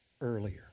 earlier